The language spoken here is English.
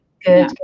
good